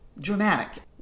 dramatic